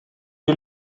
die